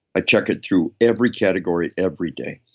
i check it through every category every day.